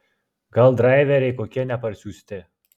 gal draiveriai kokie neparsiųsti